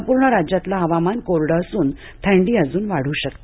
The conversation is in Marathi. संपूर्ण राज्यातलं हवामान कोरडं असून थंडी अजून वाढू शकते